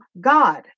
God